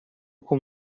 com